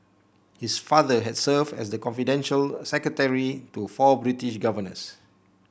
his father had served as the confidential secretary to four British governors